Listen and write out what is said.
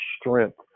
strength